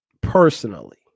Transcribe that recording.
personally